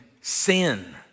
sin